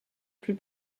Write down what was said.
plus